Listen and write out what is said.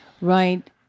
Right